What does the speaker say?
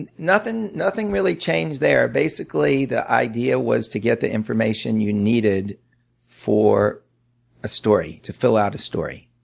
and nothing nothing really changed there. basically, the idea was to get the information you needed for a story, to fill out a story.